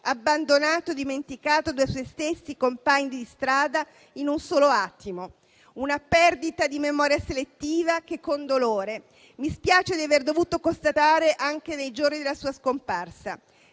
abbandonato e dimenticato dai suoi stessi compagni di strada in un solo attimo. Una perdita di memoria selettiva che, con dolore, mi spiace aver dovuto constatare anche nei giorni della sua scomparsa.